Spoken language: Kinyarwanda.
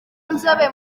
nzobere